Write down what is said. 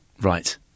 Right